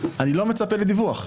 אני לא מצפה לדיווח.